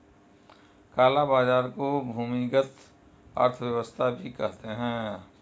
काला बाजार को भूमिगत अर्थव्यवस्था भी कहते हैं